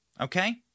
okay